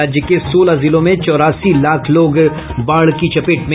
राज्य के सोलह जिलों में चौरासी लाख लोग बाढ़ की चपेट में